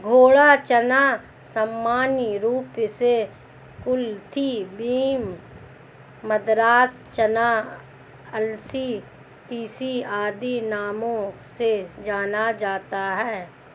घोड़ा चना सामान्य रूप से कुलथी बीन, मद्रास चना, अलसी, तीसी आदि नामों से जाना जाता है